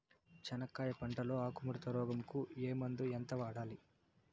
చెనక్కాయ పంట లో ఆకు ముడత రోగం కు ఏ మందు ఎంత వాడాలి?